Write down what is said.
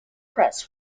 press